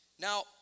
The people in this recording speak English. Now